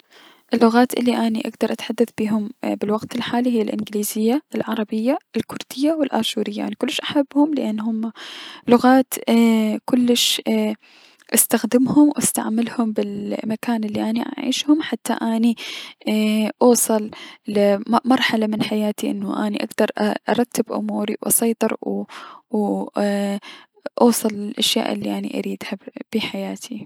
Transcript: اللغات الي اكدر اتحدث بيهم بلوقت الحالي هي الأنكليزية العربية الكردية و الأشورية اني كلش احبهم لأن هم لغات اي- كلش استخدمهم و استعملهم بلمكان الي اني عايشة حتى اني اوصل لمرحلة من حياتي انو اني اكدر ارتب اموري و اسيطلر وو اي- اوصل للأشياء الي اني اريدها بحياتي.